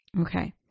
Okay